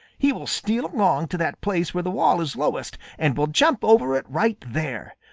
he will steal along to that place where the wall is lowest and will jump over it right there.